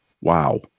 Wow